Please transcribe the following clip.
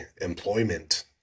employment